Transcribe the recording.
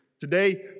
today